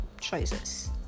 choices